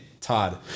Todd